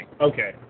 Okay